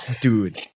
dude